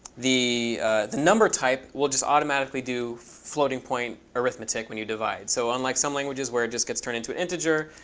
the the number type will just automatically do floating point arithmetic when you divide. so unlike some languages where it just gets turned into an integer,